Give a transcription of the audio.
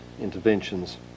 interventions